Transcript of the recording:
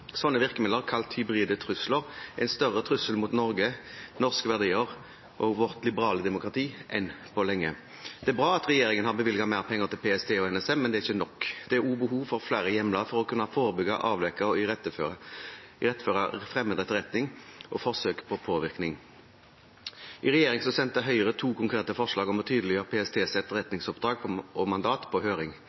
virkemidler, kalt hybride trusler, er en større trussel mot Norge, norske verdier og vårt liberale demokrati enn på lenge. Det er bra at regjeringen har bevilget mer penger til PST og NSM, men det er ikke nok. Det er også behov for flere hjemler for å kunne forebygge, avdekke og iretteføre fremmed etterretning og forsøk på påvirkning. I regjering sendte Høyre to konkrete forslag på høring om å tydeliggjøre PSTs etterretningsoppdrag og -mandat. Det ene gjaldt å lovfeste og